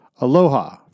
Aloha